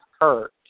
hurt